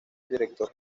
director